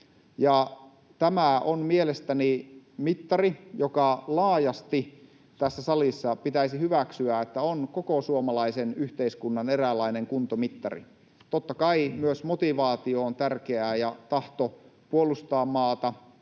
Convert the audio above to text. Mielestäni pitäisi laajasti tässä salissa hyväksyä, että tämä on koko suomalaisen yhteiskunnan eräänlainen kuntomittari. Totta kai myös motivaatio on tärkeä ja tahto puolustaa maata.